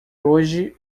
hoje